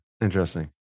Interesting